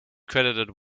credited